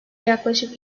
yaklaşık